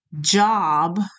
job